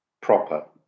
Proper